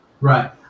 right